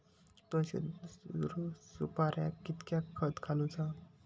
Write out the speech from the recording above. दोनशे सुपार्यांका कितक्या खत घालूचा?